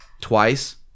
twice